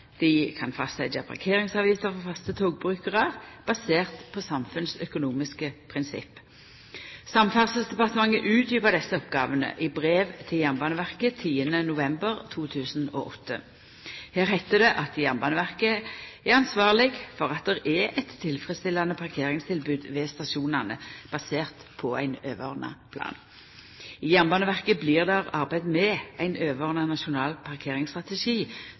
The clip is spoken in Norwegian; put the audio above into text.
parkeringsavgifter for faste togbrukarar, basert på samfunnsøkonomiske prinsipp. Samferdselsdepartementet utdjupa desse oppgåvene i brev til Jernbaneverket den 10. november 2008. Her heiter det at Jernbaneverket er ansvarleg for at det er eit tilfredsstillande parkeringstilbod ved stasjonane, basert på ein overordna plan. I Jernbaneverket blir det arbeidd med ein overordna nasjonal